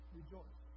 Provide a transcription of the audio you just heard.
rejoice